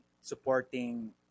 supporting